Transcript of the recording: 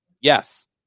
Yes